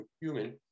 human